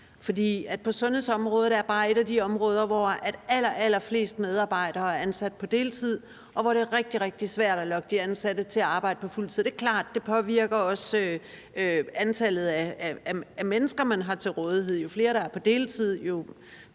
Sundhedsområdet er bare et af de områder, hvor allerallerflest medarbejdere er ansat på deltid, og hvor det er rigtig, rigtig svært at lokke de ansatte til at arbejde på fuld tid. Det er klart, at det også påvirker antallet af mennesker, man har til rådighed. Jo flere, der er på deltid, jo